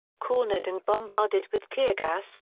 cornered and bombarded with tear gas,